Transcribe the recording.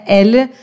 alle